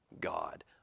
God